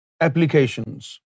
applications